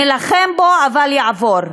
נילחם בו, אבל יעבור.